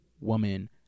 woman